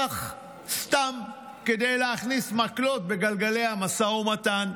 כך סתם כדי להכניס מקלות בגלגלי המשא ומתן.